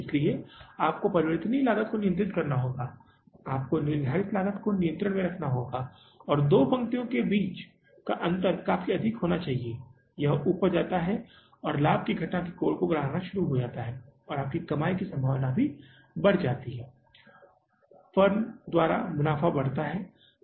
इसलिए आपको परिवर्तनीय लागत को नियंत्रित करना होगा आपको निर्धारित लागत को नियंत्रण में रखना होगा और दो पंक्तियों के बीच का अंतर काफी अधिक होना चाहिए यह ऊपर जाता है या लाभ की घटनाओं का कोण बढ़ाना शुरू हो जाता है और कमाई की संभावना बढ़ जाती है फर्म द्वारा मुनाफा बढ़ता है